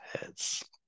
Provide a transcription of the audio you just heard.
heads